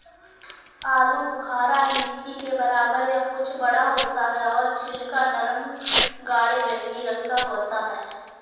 आलू बुखारा लीची के बराबर या कुछ बड़ा होता है और छिलका नरम गाढ़े बैंगनी रंग का होता है